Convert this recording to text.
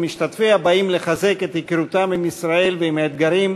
ומשתתפיה באים לחזק את היכרותם עם ישראל ועם האתגרים,